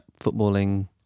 footballing